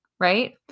right